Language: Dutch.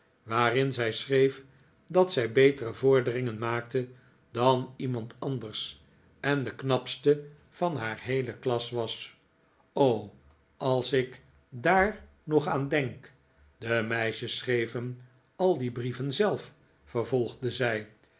waarin zij schreef dat zij betere vorderingen maakte dan iemand anders en de knapste was van haar heele klas o als ik daar nog aan denk de meisjes schreven al de brieven zelf vervolgde zij